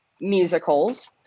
musicals